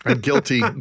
Guilty